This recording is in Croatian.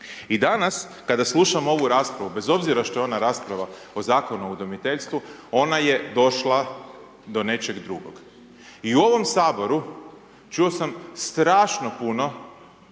I danas kada slušam ovu raspravu, bez obzira što je ona rasprava o Zakonu o udomiteljstvu, ona je došla do nečeg drugog. I u ovom Saboru, čuo sam, strašno puno